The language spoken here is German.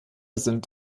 sind